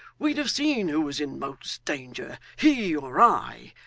we'd have seen who was in most danger, he or i.